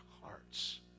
hearts